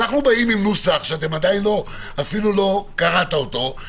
אנחנו באים עם נוסח שאפילו עדיין לא קראת אותנו,